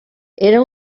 era